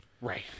Right